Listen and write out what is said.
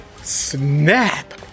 snap